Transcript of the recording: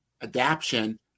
adaption